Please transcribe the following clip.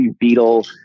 Beetle